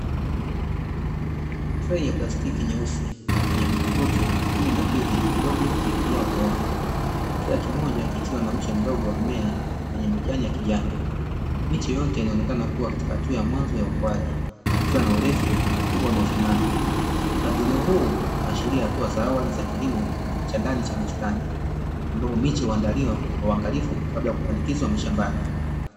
Trei ya plastiki nyeusi yenye vijipoti kumi na mbili vidogo vilivyo jaa udongo, kila kimoja kikiwa na mche mdogo wa mmea wenye majani ya kijani. Miche yote inaonekana kuwa katika hatua ya mwanzo ya ukuaji ikiwa na urefu na ukubwa unaofanana. Mpangilio huu unaashiria hatua za awali za kilimo cha ndani cha bustani, ambayo miche huandaliwa kwa uangalifu kabla ya kupandikizwa mashambani.